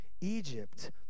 Egypt